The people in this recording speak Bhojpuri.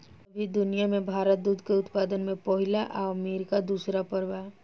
अभी दुनिया में भारत दूध के उत्पादन में पहिला आ अमरीका दूसर पर बा